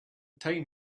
time